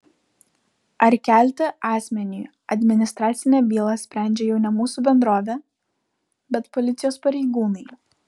ar kelti asmeniui administracinę bylą sprendžia jau ne mūsų bendrovė bet policijos pareigūnai